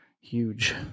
huge